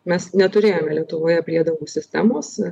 mes neturėjome lietuvoje priedangų sistemos